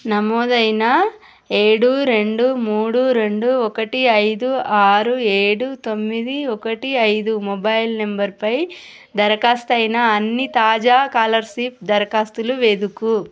నమోదైన ఏడు రెండు మూడు రెండు ఒకటి ఐదు ఆరు ఏడు తొమ్మిది ఒకటి ఐదు మొబైల్ నంబరుపై దరఖాస్తయిన అన్ని తాజా కాలర్షిప్ దరఖాస్తులు వెదుకు